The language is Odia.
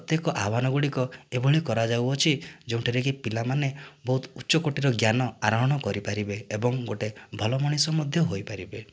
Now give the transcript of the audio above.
ଆହ୍ୱାନ ଗୁଡ଼ିକ ଏଭଳି କରାଯାଉଅଛି ଯେଉଁଠାରେକି ପିଲାମନେ ବହୁତ ଉଚ୍ଚ କୋଟିର ଜ୍ଞାନ ଆରୋହଣ କରିପାରିବେ ଏବଂ ଗୋଟିଏ ଭଲ ମଣିଷ ମଧ୍ୟ ହୋଇପାରିବେ